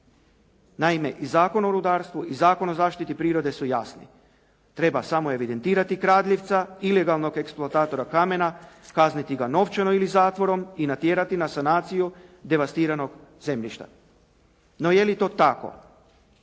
Naime, i Zakon o rudarstvu i Zakon o zaštiti prirode su jasni. Treba samo evidentirati kradljivca, ilegalnog eksploatatora kamena, kazniti ga novčano ili zatvorom i natjerati na sanaciju devastiranog zemljišta. No, je li to tako?